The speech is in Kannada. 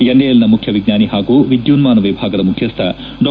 ಎನ್ಎಎಲ್ ನ ಮುಖ್ಯ ವಿಜ್ಞಾನಿ ಹಾಗೂ ವಿದ್ಯುನ್ನಾನ ವಿಭಾಗದ ಮುಖ್ಯಸ್ವ ಡಾ